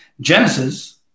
Genesis